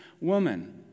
woman